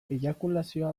eiakulazioa